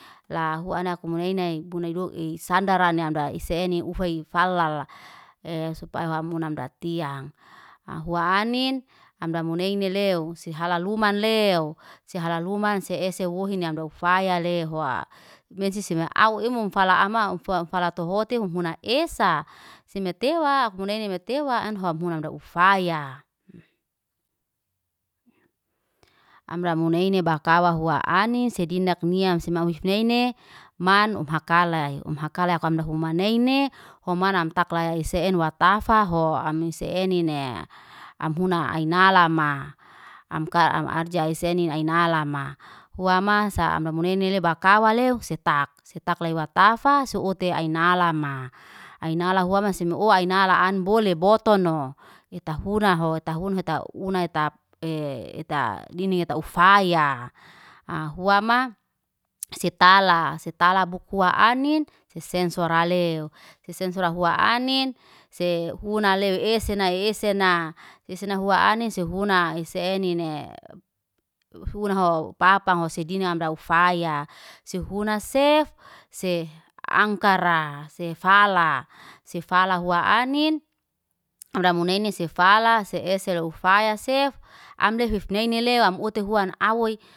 Lahuana kumunaine bunai loe, sandaran mdaa isena ufay falala. supayi ham hunai mdat tiang. hua anin amda munene lehoy si halala luman leo, si hala luman se ese wohi mda ufaya lehoa. Mensese meau imum fala ama o fala tehote human esa. Semetewa afmunene metewa an hom munandaw ufaya. amra muneine bakawa hua anis si dindak nia semau hipneine man umhakalay. Umhakalay afwan amra humaneine humanam taklaya se enuwa tafa ho ami se enine. Amhuna ainalama am ka am arja seni ainalama. Hua ma samra amuneine lebakayawa le setak. Setak lei watafa seunte ainalama. Ainala hua masin owa ainala anbole botono. Eta funa ho heta hun eta dinik eta ufaya hua ma setala. Setala bukfua anin, resensoraleo, resensohua anin se huna lewi ese nai ese na. esena hua anin sefuna ese nine. Funa ho papango sedinik amra ufaya. Se funa sef. Se angkara, se fala. Sefala hua anin, amra muneine sefala. Se ese loy ufaya se, amley hif neini lewa am ote huan awoy.